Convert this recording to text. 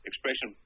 Expression